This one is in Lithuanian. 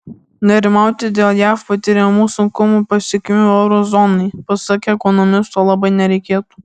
nerimauti dėl jav patiriamų sunkumų pasekmių euro zonai pasak ekonomisto labai nereikėtų